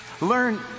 learn